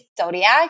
Zodiac